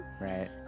Right